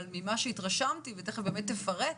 אבל ממה שהתרשמתי, ותכף באמת תפרט,